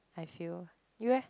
I feel you eh